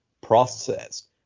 process